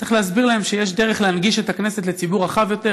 צריך להסביר להם שיש דרך להנגיש את הכנסת לציבור רחב יותר,